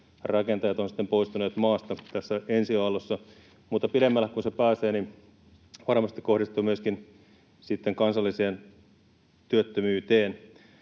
rakentajat ovat poistuneet maasta tässä ensiaallossa, mutta kun se pääsee pidemmälle, se varmasti kohdistuu myöskin kansalliseen työttömyyteen.